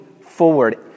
forward